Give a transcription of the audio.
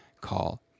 call